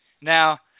Now